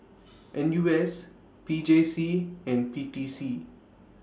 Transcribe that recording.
N U S P J C and P T C